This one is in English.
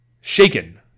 shaken